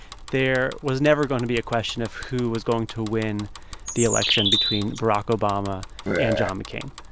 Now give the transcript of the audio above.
there was never going to be a question of who was going to win the election between barack obama and john mccain.